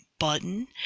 button